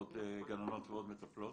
עוד גננות ועוד מטפלות.